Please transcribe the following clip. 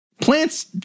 Plants